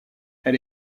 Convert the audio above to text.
elle